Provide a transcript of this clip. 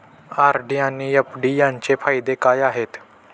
RD आणि FD यांचे फायदे काय आहेत?